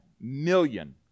million